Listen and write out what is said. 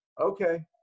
okay